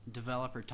developer